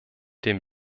dem